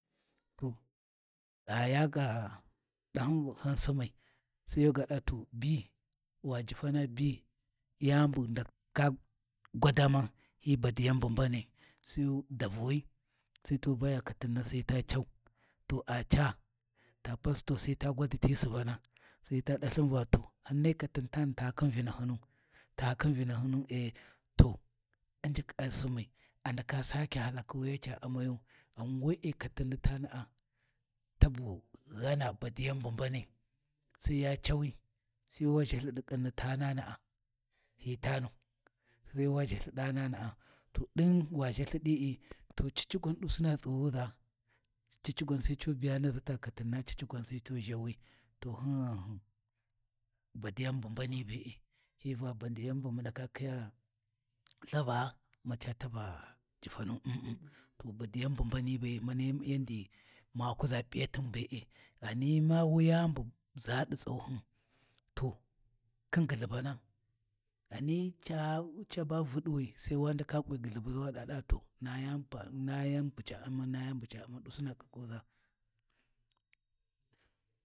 To gha ya ga ɗahyin va hyin simmai sai yuga ɗa to bi, wa jifana bi, yani bu wu ndaka gwadama hi badiyan bu mbanai, sai davuwi sai tu baya katina sai ta cau, to a caa ta pasto sai ta gwaditi subana sai ta dalthin Va to hinna katinni tani ta khin Vinahimu ta khin vinahinu to Unjikhi a ndaka sakya hallakhi wu ca amayu ghan we’e katinni tana’a tabu ghana badiyan bu mbanai, sai ya cawi sai wa ʒhalthi ɗi ƙhinni tanana’a hi tanu, sai wa ʒhalthi ɗanana’a to ɗin wa ʒhalthi ɗi’i, to cici gwan ɗusina tsughuʒa, cici gwan sai cu biya naʒi ta katina cici gwan sai cu ʒhawi to hin ghanhun badiyan bu mbani be’e, hyi va badiyan bu mu ndaka khiya lthavaa maca tava Jifanu umm-umm. To badiyan bu mbani be’e mani yandi ma kuʒa P’iyanti be’e, ghani ma wuyani bu ʒa ɗi tsauhin to khin ghulhubana, ghani caa caba Vuluwi sai wa ndaka kwi ghulhubuʒa waɗa ɗa to na yan bu ca U’mau na yan bu ca U’man ɗusuna ƙiƙƙuzas.